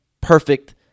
perfect